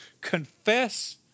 confess